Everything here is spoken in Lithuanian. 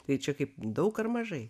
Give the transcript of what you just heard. tai čia kaip daug ar mažai